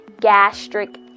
gastric